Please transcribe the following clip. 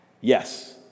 Yes